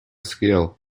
skill